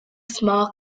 small